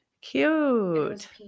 Cute